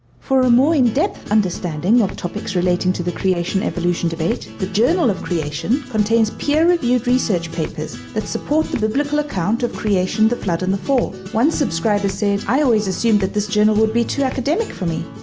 for a more in-depth understanding of topics relating to the creation evolution debate, the journal of creation contains peer-reviewed research papers that support the biblical account of creation, the flood and the fall. one subscriber said i always assumed that this journal would be too academic for me,